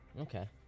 Okay